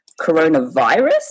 coronavirus